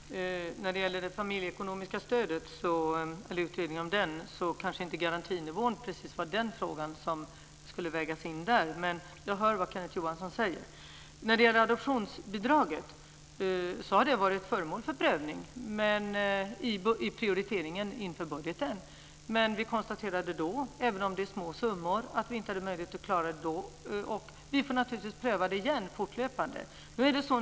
Fru talman! När det gäller utredningen om det familjeekonomiska stödet kanske inte garantinivån precis var den fråga som skulle vägas in. Men jag hör vad Kenneth Johansson säger. Adoptionsbidraget har varit föremål för prövning i prioriteringen inför budgeten. Vi konstaterade då, även om det är små summor, att vi inte hade möjlighet att klara det. Vi får naturligtvis pröva det igen, fortlöpande.